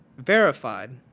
verified